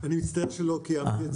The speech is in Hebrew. אני מצטער שלא קיימתי את זה.